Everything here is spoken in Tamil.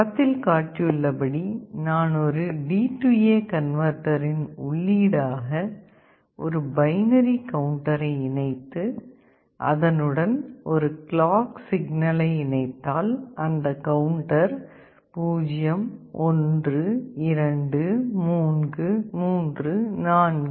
படத்தில் காட்டியுள்ளபடி நான் ஒரு DA கன்வெர்ட்டர் இன் உள்ளீடாக ஒரு பைனரி கவுண்டரை இணைத்து அதனுடன் ஒரு கிளாக் சிக்னலை இணைத்தால் அந்த கவுண்டர் 01234 என்று எண்ணத் தொடங்கும்